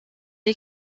est